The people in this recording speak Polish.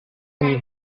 ani